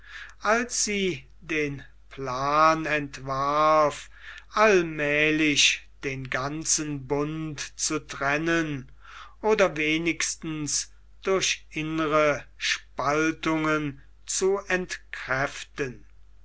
als sie den plan entwarf allmählich den ganzen bund zu trennen oder wenigstens durch innere spaltungen zu entkräften